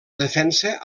defensa